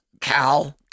Cow